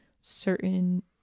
certain